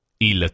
il